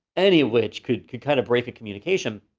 any of which could could kinda break a communication.